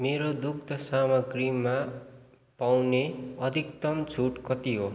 मेरो दुग्ध सामाग्रीमा पाउने अधिकतम छुट कति हो